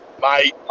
Mate